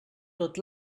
tot